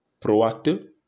proactive